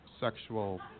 sexual